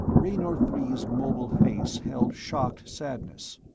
raynor three's mobile face held shocked sadness.